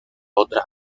otra